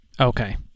okay